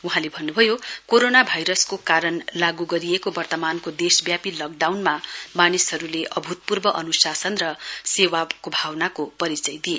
वहाँले भन्न् भयो कोरोना भाइरसको कारण लागू गरिएको वर्तमानको देशव्यापी लकडाउनमा मानिसहरूले अभूतपूर्व अनुशासन र सेवाको भावनाको परिचय दिए